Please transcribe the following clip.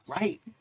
Right